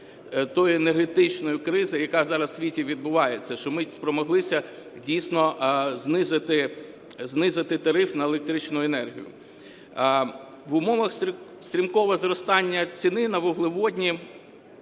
тої енергетичної кризи, яка зараз у світі відбувається, що ми спромоглися дійсно знизити тариф на електричну енергію. В умовах стрімкого зростання ціни на вуглеводні,